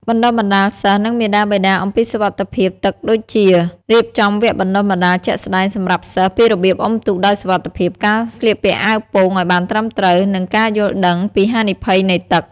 បណ្តុះបណ្តាលសិស្ស និងមាតាបិតាអំពីសុវត្ថិភាពទឹកដូចជា រៀបចំវគ្គបណ្តុះបណ្តាលជាក់ស្តែងសម្រាប់សិស្សពីរបៀបអុំទូកដោយសុវត្ថិភាព ការស្លៀកពាក់អាវពោងឱ្យបានត្រឹមត្រូវ និងការយល់ដឹងពីហានិភ័យនៃទឹក។